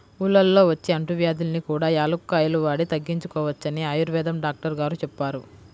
ఊళ్ళల్లో వచ్చే అంటువ్యాధుల్ని కూడా యాలుక్కాయాలు వాడి తగ్గించుకోవచ్చని ఆయుర్వేదం డాక్టరు గారు చెప్పారు